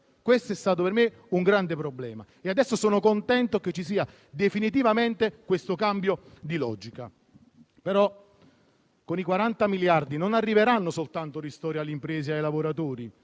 questo è stato per lui un grande problema e adesso è contento che ci sia definitivamente un cambio di logica. Con i 40 miliardi di euro, però, non arriveranno soltanto ristori alle imprese e ai lavoratori,